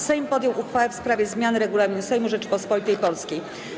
Sejm podjął uchwałę w sprawie zmiany Regulaminu Sejmu Rzeczypospolitej Polskiej.